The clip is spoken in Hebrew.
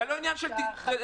זה לא עניין של לדחוף.